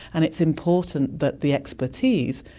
and it's important that the expertise.